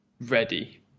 ready